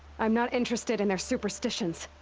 i'm not interested in their superstitions.